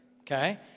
Okay